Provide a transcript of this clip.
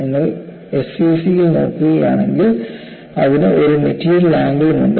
നിങ്ങൾ എസ്സിസിയിൽ നോക്കുകയാണെങ്കിൽ അതിന് ഒരു മെറ്റീരിയൽ ആംഗിളും ഉണ്ട്